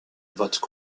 votent